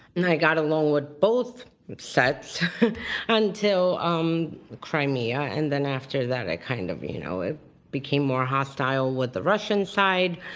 and i got along with both sets until um crimea, and then after that kind of you know i became more hostile with the russian side,